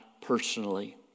personally